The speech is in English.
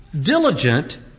diligent